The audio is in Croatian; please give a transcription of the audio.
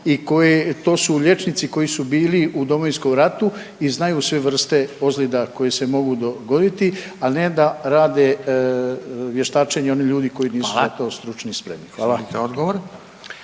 to su liječnici koji su bili u Domovinskom ratu i znaju sve vrste ozljeda koje se mogu dogoditi a ne da rade vještačenje onih ljudi koji nisu za to stručne spreme. Hvala.